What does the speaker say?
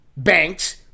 Banks